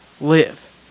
live